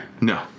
No